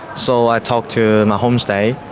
so i talked to my homestay,